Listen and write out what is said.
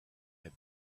had